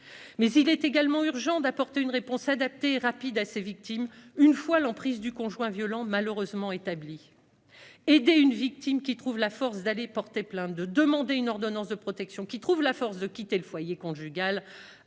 Il est également urgent d'apporter une réponse adaptée et rapide à ces victimes une fois l'emprise du conjoint violent malheureusement établie. Aider une victime qui trouve la force d'aller porter plainte, de demander une ordonnance de protection et de quitter le foyer conjugal-